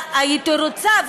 הייתי רוצה,